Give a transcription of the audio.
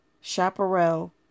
chaparral